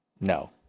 No